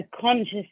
conscious